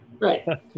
Right